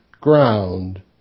ground